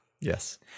Yes